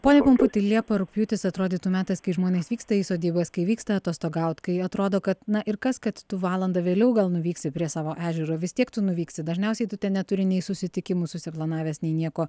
pone pumputi liepa rugpjūtis atrodytų metas kai žmonės vyksta į sodybas kai vyksta atostogaut kai atrodo kad na ir kas kad tu valandą vėliau gal nuvyksi prie savo ežero vis tiek tu nuvyksi dažniausiai tu ten neturi nei susitikimų susiplanavęs nei nieko